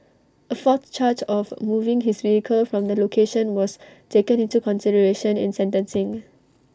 A fourth charge of moving his vehicle from the location was taken into consideration in sentencing